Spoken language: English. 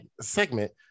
segment